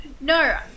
No